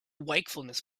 wakefulness